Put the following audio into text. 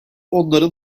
onların